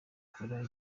kora